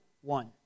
one